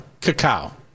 Cacao